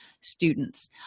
students